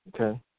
okay